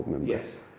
yes